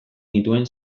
nituen